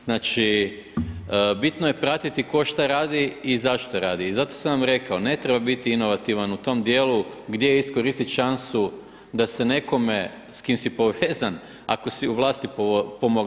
Znači bitno je pratiti tko šta radi i zašto radi i zato sam vam rekao ne treba biti inovativan u tom dijelu gdje iskoristiti šansu da se nekome s kim si povezan ako si u vlasti pomogne.